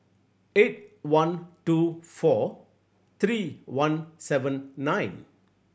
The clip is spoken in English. eight one two four three one seven nine